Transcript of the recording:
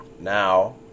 now